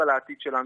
ופתאום בא שר ואומר: